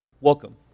Welcome